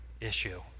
issue